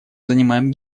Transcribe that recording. занимаем